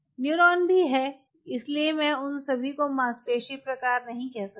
neuron भी है इसलिए मैं उन सभी को मांसपेशी प्रकार नहीं कह सकता